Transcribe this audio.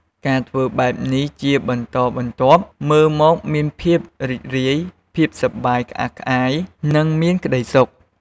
ការធ្វើបែបនេះជាបន្តបន្ទាប់ មើលមកមានភាពរីករាយ ភាពសប្បាយក្អាក់ក្អាយ និងមានក្តីសុខ។